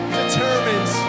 determines